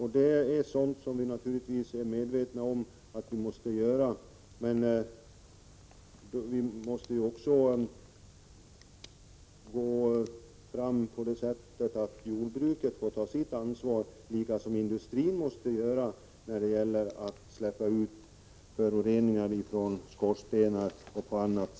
Vi är naturligtvis medvetna om det, men vi måste också låta jordbruket ta sitt ansvar, likaväl som industrin måste göra det för utsläpp och föroreningar från skorstenar och annat.